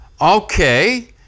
Okay